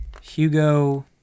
Hugo